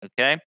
okay